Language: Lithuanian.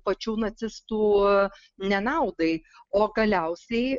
pačių nacistų nenaudai o galiausiai